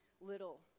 little